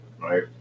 right